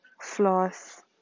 Floss